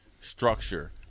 structure